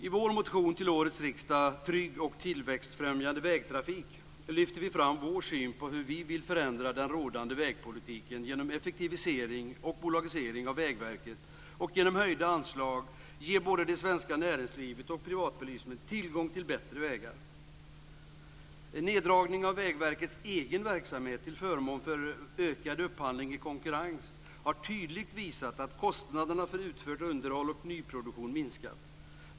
I vår motion till årets riksdag Sverige på väg lyfter vi fram vår syn på hur vi vill förändra den rådande vägpolitiken genom effektivisering och bolagisering av Vägverket och genom att med höjda anslag ge både det svenska näringslivet och privatbilismen tillgång till bättre vägar. Neddragningen av Vägverkets egen verksamhet, till förmån för ökad upphandling i konkurrens, har tydligt visat att kostnaderna för utfört underhåll och nyproduktion minskat.